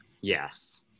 Yes